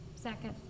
Second